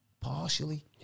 Partially